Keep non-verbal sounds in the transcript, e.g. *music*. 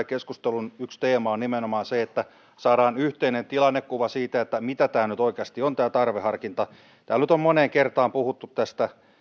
*unintelligible* keskustelun yksi teema on nimenomaan se että saadaan yhteinen tilannekuva siitä mitä tämä tarveharkinta nyt oikeasti on täällä nyt on moneen kertaan puhuttu